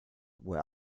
where